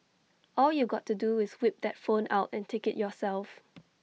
all you got to do is whip that phone out and take IT yourself